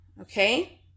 okay